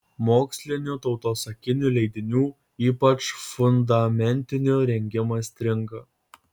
mokslinių tautosakinių leidinių ypač fundamentinių rengimas stringa